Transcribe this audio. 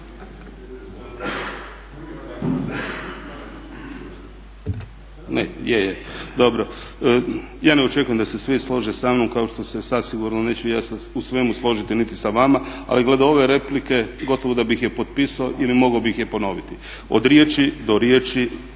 (ID - DI)** Ja ne očekujem da se svi slože sa mnom kao što se sasvim sigurno neću ja u svemu složiti niti sa vama. Ali glede ove replike gotovo da bih je potpisao ili mogao bih je ponoviti. Od riječi do riječi